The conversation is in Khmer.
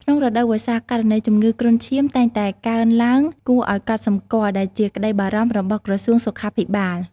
ក្នុងរដូវវស្សា ករណីជំងឺគ្រុនឈាមតែងតែកើនឡើងគួរឲ្យកត់សម្គាល់ ដែលជាក្តីបារម្ភរបស់ក្រសួងសុខាភិបាល។